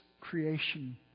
creation